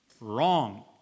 Wrong